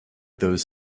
those